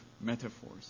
metaphors